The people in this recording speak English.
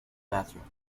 bathroom